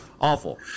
Awful